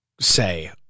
say